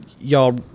y'all